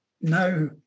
now